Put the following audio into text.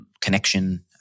connection